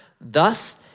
Thus